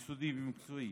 יסודי ומקצועי,